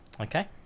Okay